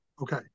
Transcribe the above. Okay